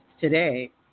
today